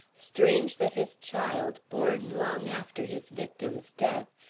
strange, that his child, born long after his victim's death,